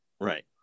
right